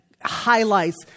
highlights